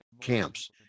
camps